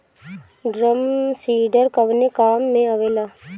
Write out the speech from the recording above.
Drum seeder कवने काम में आवेला?